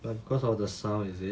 because of the sound is it